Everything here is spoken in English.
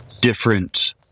different